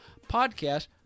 podcast